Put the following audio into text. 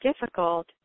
difficult